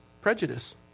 prejudice